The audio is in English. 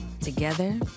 Together